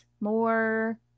more